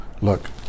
Look